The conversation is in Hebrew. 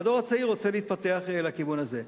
והדור הצעיר רוצה להתפתח לכיוון הזה.